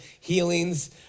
healings